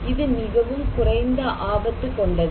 இது மிகவும் குறைந்த ஆபத்து கொண்டது